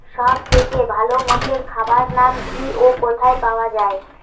সব থেকে ভালো মোষের খাবার নাম কি ও কোথায় পাওয়া যায়?